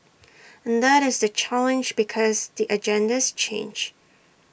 and that is the challenge because the agendas change